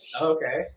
Okay